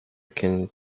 can